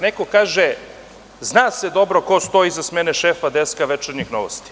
Neko kaže – zna se dobro ko stoji iza smene šefa deska „Večernjih novosti“